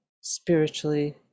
spiritually